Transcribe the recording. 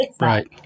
Right